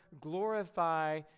glorify